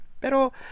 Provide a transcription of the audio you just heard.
pero